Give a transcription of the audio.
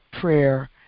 prayer